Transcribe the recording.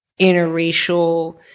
interracial